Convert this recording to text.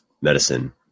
medicine